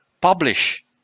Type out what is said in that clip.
publish